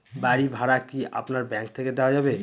বাড়ী ভাড়া কি আপনার ব্যাঙ্ক থেকে দেওয়া যাবে?